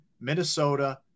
Minnesota